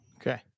Okay